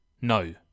No